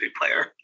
player